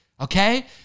Okay